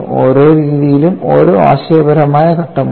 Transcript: ഓരോ രീതിയിലും ഒരു ആശയപരമായ ഘട്ടമുണ്ട്